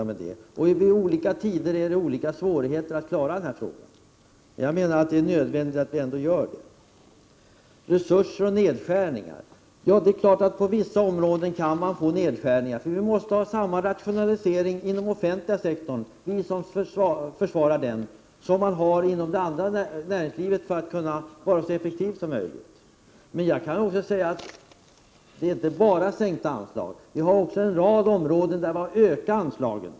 Vid olika tider finns det också olika svårigheter att klara den här frågan, men jag menar ändå att det är nödvändigt. Beträffande resurser och nedskärningar: Det är klart att det på vissa områden kan bli nedskärningar. Vi måste ju se till att ha samma rationaliseringar inom den offentliga sektorn — vi som försvarar den — som man har inom näringslivet, för att den offentliga sektorn skall vara så effektiv som möjligt. Men det är inte bara fråga om sänkta anslag. På en rad områden har vi ökat anslagen.